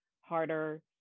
harder